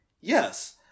Yes